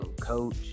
Coach